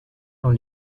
dans